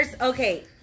okay